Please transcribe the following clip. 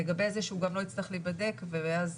לגבי זה שהוא גם לא יצטרך להיבדק ואז